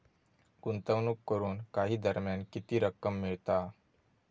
गुंतवणूक करून काही दरम्यान किती रक्कम मिळता?